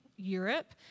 Europe